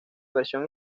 versión